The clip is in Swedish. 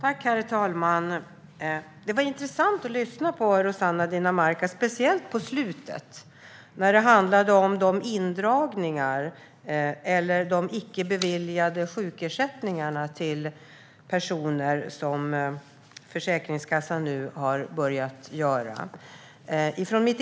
Herr talman! Det var intressant att lyssna på Rossana Dinamarca, speciellt på slutet när det handlade om att Försäkringskassan har börjat dra in sjukpenning.